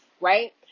Right